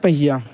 پہیہ